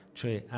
cioè